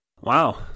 Wow